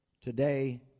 today